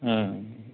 ம்